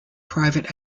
private